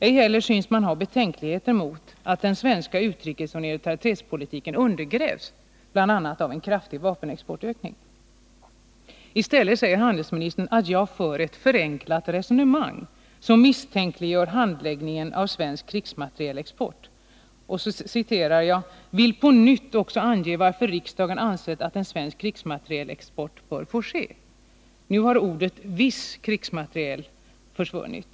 Ej heller synes man ha betänkligheter mot att den svenska utrikesoch neutralitetspolitiken undergrävs bl.a. av en kraftig vapenexportökning. I stället säger handelsminstern att jag för ett förenklat resonemang, som misstänkliggör handläggningen av svensk krigsmaterielexport, och han ”vill på nytt också ange varför riksdagen ansett att en svensk krigsmaterielexport bör få äga rum”. Nu har ordet viss försvunnit.